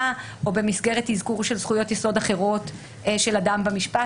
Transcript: או במסגרת אזכור של זכויות יסוד אחרות של אדם במשפט,